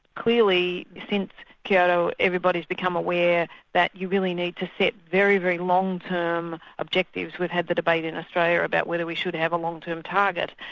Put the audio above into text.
clearly since kyoto, everybody's become aware that you really need to set very, very long-term objectives. we've had the debate in australia about whether we should have a long-term target,